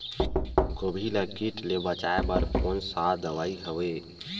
गोभी ल कीट ले बचाय बर कोन सा दवाई हवे?